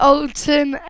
Alton